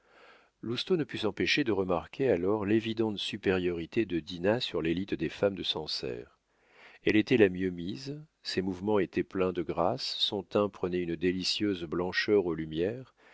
lousteau ne put s'empêcher de remarquer alors l'évidente supériorité de dinah sur l'élite des femmes de sancerre elle était la mieux mise ses mouvements étaient pleins de grâce son teint prenait une délicieuse blancheur aux lumières